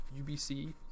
UBC